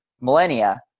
millennia